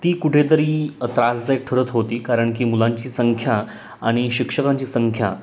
ती कुठेतरी त्रासदायक ठरत होती कारण की मुलांची संख्या आणि शिक्षकांची संख्या